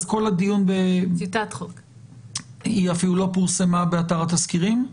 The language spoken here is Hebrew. היא אפילו לא פורסמה באתר התסקירים.